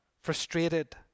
frustrated